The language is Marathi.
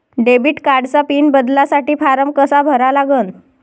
डेबिट कार्डचा पिन बदलासाठी फारम कसा भरा लागन?